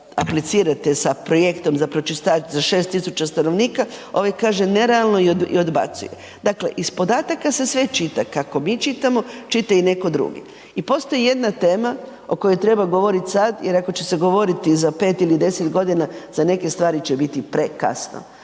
sa projektom za pročistač za 6 tisuća stanovnika ovaj kaže nerealno i odbacuje. Dakle iz podataka se sve čita. Kako mi čitamo, čita i netko drugi. I postoji jedna tema o kojoj treba govoriti sada, jer ako će se govoriti za 5 ili 10 godina za neke stvari će biti prekasno,